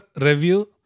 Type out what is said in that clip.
review